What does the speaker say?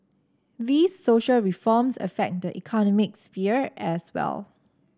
these social reforms affect the economic sphere as well